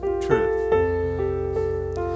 truth